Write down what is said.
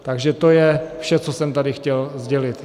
Takže to je vše, co jsem tady chtěl sdělit.